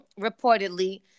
reportedly